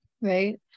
right